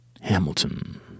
Hamilton